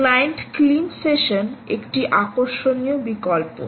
client clean session একটি আকর্ষণীয় বিকল্প